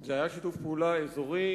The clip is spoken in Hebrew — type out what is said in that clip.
זה היה שיתוף פעולה אזורי.